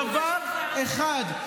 דבר אחד.